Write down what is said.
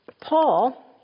Paul